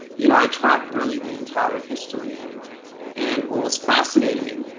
you know, i tracked really the entire history, and and what was fascinating,